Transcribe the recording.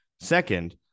Second